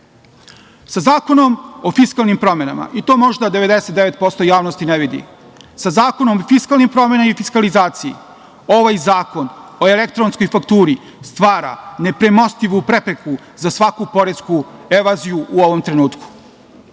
zakonom o fiskalnim promenama, i to možda 99% javnosti ne vidi, sa zakonom o fiskalnim promenama i fiskalizaciji ovaj Zakon o elektronskoj fakturi stvara nepremostivu prepreku za svaku poresku evaziju u ovom trenutku. Kada